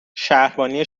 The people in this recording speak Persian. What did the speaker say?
شهربانی